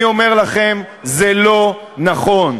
אני אומר לכם, זה לא נכון.